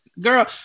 girl